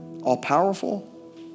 all-powerful